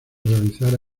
realizará